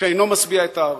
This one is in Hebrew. שאינו משביע את הארי.